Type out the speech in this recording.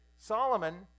Solomon